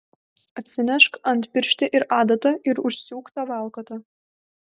atsinešk antpirštį ir adatą ir užsiūk tą valkatą